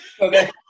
Okay